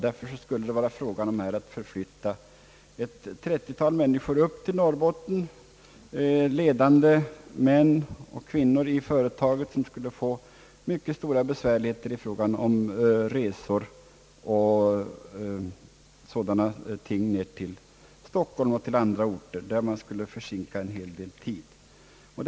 Därför skulle det vara fråga om att upp till Norrbotten förflytta ett trettiotal ledande män och kvinnor i företaget, som måste få mycket stora besvärligheter i samband med resor till Stockholm och andra orter. Åtskillig tid skulle spillas på det sättet.